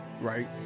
Right